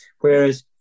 Whereas